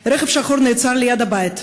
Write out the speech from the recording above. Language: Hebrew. רכב שחור נעצר ליד הבית,